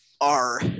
are-